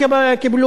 והוא קרע